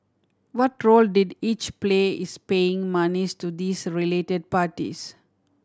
what role did each play is paying monies to these related parties